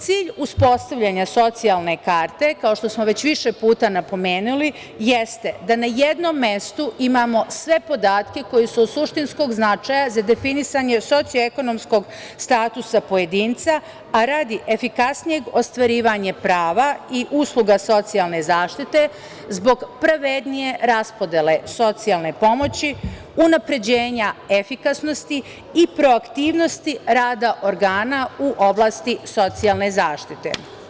Cilj uspostavljanja socijalne karte, kao što smo već više puta napomenuli, jeste da na jednom mestu imamo sve podatke koji su od suštinskog značaja za definisanje socioekonomskog statusa pojedinca, a radi efikasnijeg ostvarivanja prava i usluga socijalne zaštite, zbog pravednije raspodele socijalne pomoći, unapređenja efikasnosti i proaktivnosti rada organa u oblasti socijalne zaštite.